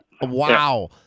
Wow